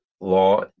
law